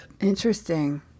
Interesting